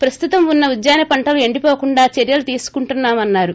ప్రస్తుతం ఉన్న ఉద్యాన పంటలు ఎండిపోకుండా చర్యులు తీసుకుంటామన్నారు